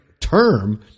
term